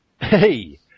Hey